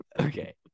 Okay